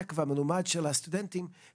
אין מצב שלא יהיה נציג של השלטון המקומי.